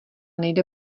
nejde